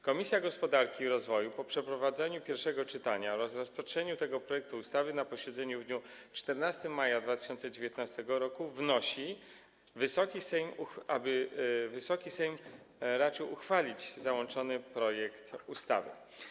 Komisja Gospodarki i Rozwoju po przeprowadzeniu pierwszego czytania oraz rozpatrzeniu tego projektu ustawy na posiedzeniu w dniu 14 maja 2019 r. wnosi, aby Wysoki Sejm raczył uchwalić załączony projekt ustawy.